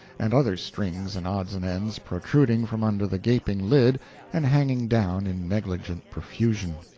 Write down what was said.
and other strings and odds and ends protruding from under the gaping lid and hanging down in negligent profusion.